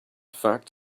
fact